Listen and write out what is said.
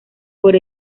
por